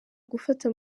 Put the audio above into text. gufata